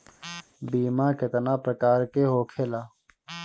बीमा केतना प्रकार के होखे ला?